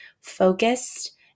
focused